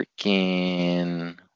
freaking